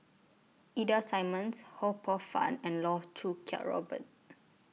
Ida Simmons Ho Poh Fun and Loh Choo Kiat Robert